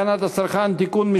הצעת חוק הגנת הצרכן (תיקון,